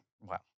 Wow